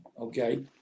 okay